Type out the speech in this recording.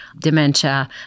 dementia